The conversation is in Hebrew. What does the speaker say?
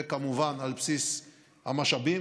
וכמובן על בסיס המשאבים,